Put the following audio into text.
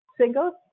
single